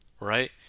right